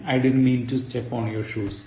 I didn't mean to step on your shoes